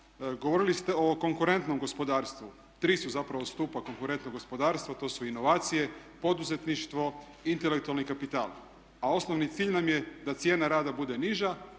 Govorili ste o konkurentnom gospodarstvu. Tri su zapravo stupa konkurentnog gospodarstva. To su inovacije, poduzetništvo, intelektualni kapital, a osnovni cilj nam je da cijena rada bude niža,